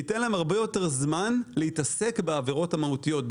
ייתן להם הרבה יותר זמן להתעסק בעבירות המהותיות,